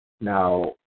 Now